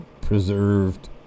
preserved